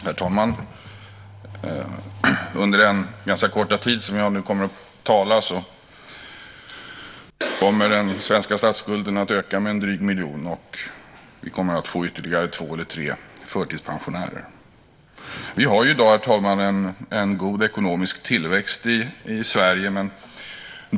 Herr talman! Under den ganska korta tid som jag nu kommer att tala kommer den svenska statsskulden att öka med en dryg miljon, och vi kommer att få ytterligare två eller tre förtidspensionärer. Vi har i dag en god ekonomisk tillväxt i Sverige.